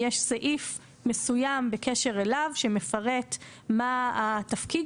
יש סעיף מסוים בקשר אליו שמפרט מה התפקיד